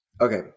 Okay